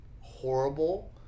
horrible